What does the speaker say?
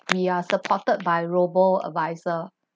we are supported by robo-adviser